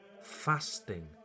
fasting